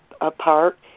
apart